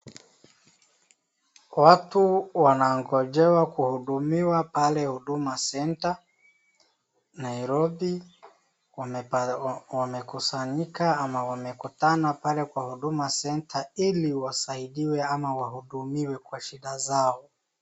Watu wanaongojewa kuhudumiwa pale Huduma Center Nairobi wamekusanyika ama wamekutana pale kwa Huduma Center ili wasaidiwe ama wahudumiwe kwa shida zao.